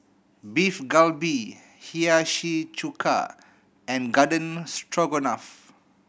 Beef Galbi Hiyashi Chuka and Garden Stroganoff